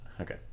Okay